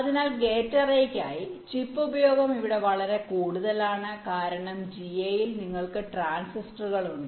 അതിനാൽ ഗേറ്റ് അറേയ്ക്കായി ചിപ്പ് ഉപയോഗം കൂടുതലാണ് കാരണം ജിഎയിൽ നിങ്ങൾക്ക് ട്രാൻസിസ്റ്ററുകൾ ഉണ്ട്